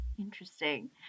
Interesting